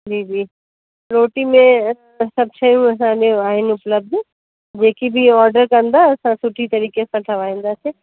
जी जी रोटी में सभु शयूं असांजे आहिनि उपलब्ध जेकी बि ऑर्डर कंदा असां सुठी तरीक़ी सां ठाहींदासीं